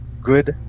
good